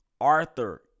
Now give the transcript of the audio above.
Arthur